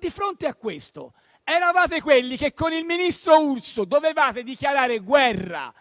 Di fronte a questo, voi eravate quelli che con il ministro Urso dovevate dichiarare guerra